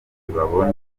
babone